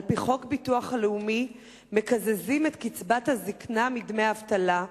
על-פי חוק הביטוח הלאומי מקזזים את קצבת הזיקנה מדמי האבטלה.